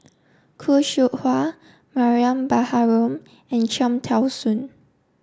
Khoo Seow Hwa Mariam Baharom and Cham Tao Soon